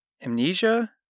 amnesia